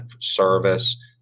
service